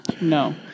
No